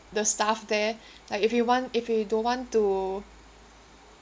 the staff there like if we want if we don't want to